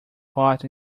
thought